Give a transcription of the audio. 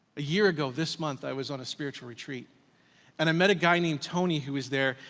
a year ago this month, i was on a spiritual retreat and i met a guy named tony who was there,